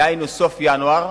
דהיינו סוף ינואר,